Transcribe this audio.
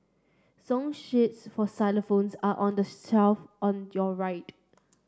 song sheets for xylophones are on the shelf on your right